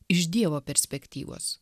iš dievo perspektyvos